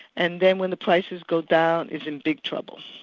and then when the prices go down, is in big trouble.